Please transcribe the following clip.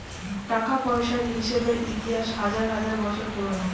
টাকা পয়সার হিসেবের ইতিহাস হাজার হাজার বছর পুরোনো